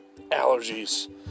allergies